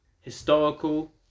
historical